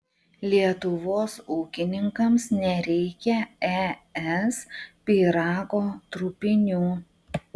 lietuvos ūkininkams nereikia es pyrago trupinių